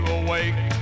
awake